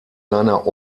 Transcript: seiner